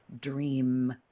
dream